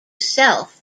self